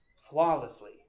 flawlessly